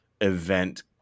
event